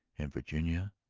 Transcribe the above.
and virginia,